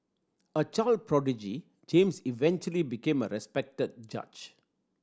a child prodigy James eventually became a respected judge